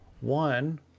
one